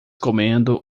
comendo